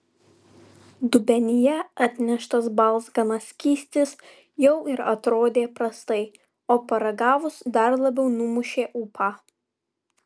dubenyje atneštas balzganas skystis jau ir atrodė prastai o paragavus dar labiau numušė ūpą